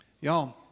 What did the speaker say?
Y'all